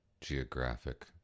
geographic